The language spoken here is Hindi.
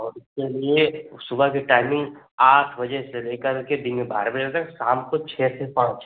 और उसके लिए सुबह के टाइमिंग आठ बजे से लेकर के दिन में बारह बजे तक शाम को छः से पांच